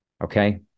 Okay